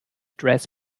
dress